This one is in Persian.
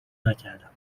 نکردم